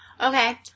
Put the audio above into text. Okay